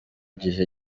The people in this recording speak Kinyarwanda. gihe